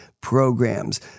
programs